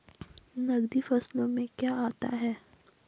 नकदी फसलों में क्या आता है?